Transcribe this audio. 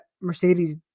Mercedes